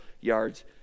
yards